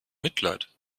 mitleid